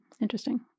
Interesting